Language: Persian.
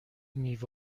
میوه